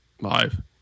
live